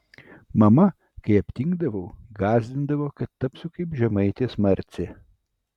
mama kai aptingdavau gąsdindavo kad tapsiu kaip žemaitės marcė